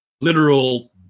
literal